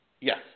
Yes